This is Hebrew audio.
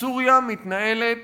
בסוריה מתנהלת